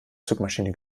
zugmaschine